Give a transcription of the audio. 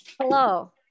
Hello